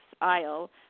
aisle